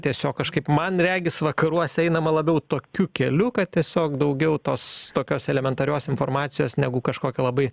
tiesiog kažkaip man regis vakaruose einama labiau tokiu keliu kad tiesiog daugiau tos tokios elementarios informacijos negu kažkokia labai